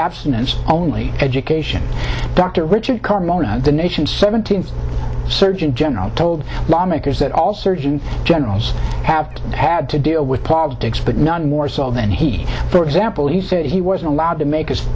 abstinence only education dr richard carmona the nation's seventeenth surgeon general told lawmakers that all surgeon generals have had to deal with politics but none more so than he for example he said he wasn't allowed to make